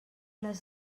les